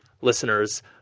listeners